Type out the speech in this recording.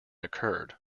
occurred